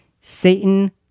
Satan